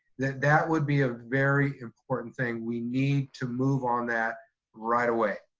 that that would be a very important thing, we need to move on that right away.